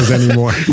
anymore